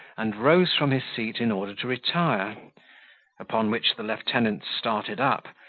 and rose from his seat in order to retire upon which the lieutenant started up,